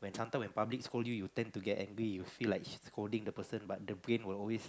when sometime when public scold you you tend to get angry you feel like scolding the person but the brain will always